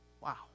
Wow